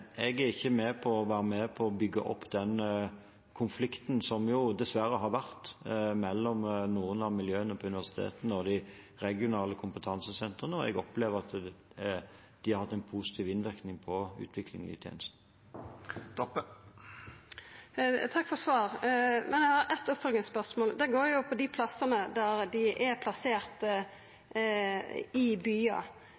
Jeg er ikke med på å bygge opp om konflikten som dessverre har vært mellom noen av miljøene på universitetene og de regionale kompetansesentrene. Jeg opplever at de har hatt en positiv innvirkning på utviklingen av tjenesten. Takk for svaret. Eg har eit oppfølgingsspørsmål, det handlar om der dei er plasserte i byar. Eg tenkjer at når formålet skal vera å få desentralisert tenestene, synest eg det er